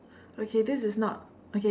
okay this is not okay